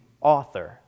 author